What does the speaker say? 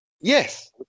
Yes